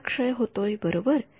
त्याचा क्षय होतोय बरोबर